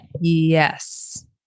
yes